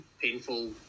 painful